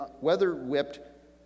weather-whipped